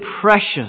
precious